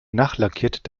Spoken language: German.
nachlackiert